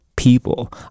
People